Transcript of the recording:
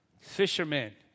Fishermen